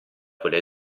quelle